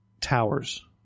towers